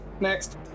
Next